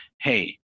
hey